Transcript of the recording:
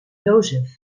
jozef